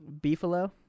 Beefalo